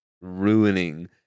ruining